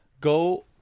go